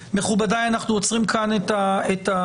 מכובדיי, אנחנו עוצרים כאן את הדיון.